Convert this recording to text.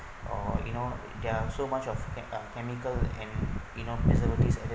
or you know there are so much of che~ uh chemical and you know preservative and then